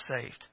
saved